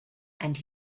and